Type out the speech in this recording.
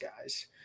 guys